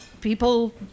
People